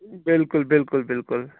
بلکُل بلکُل بلکُل